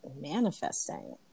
manifesting